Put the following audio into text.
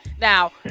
Now